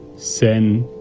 sen,